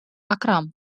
акрам